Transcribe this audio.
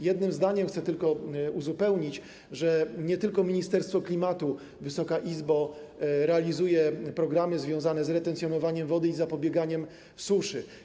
Jednym zdaniem chcę tylko uzupełnić, że nie tylko Ministerstwo Klimatu, Wysoka Izbo, realizuje programy związane z retencjonowaniem wody i zapobieganiem suszy.